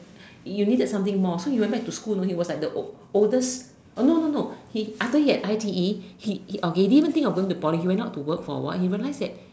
you needed something more so he went back to school know he was like the old oldest oh no no no he after he had I_T_E he he okay he didn't even think of going to Poly he went out to work for a while he realised that